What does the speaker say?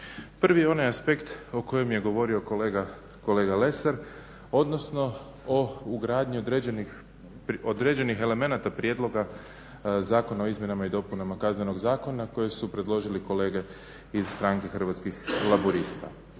Prvi je onaj aspekt o kojem je govorio kolega Lesar, odnosno o ugradnji određenih elemenata Prijedloga zakona o izmjenama i dopunama Kaznenog zakona koje su predložili kolege iz stranke Hrvatskih laburista.